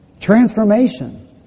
transformation